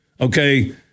Okay